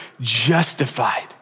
justified